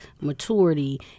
maturity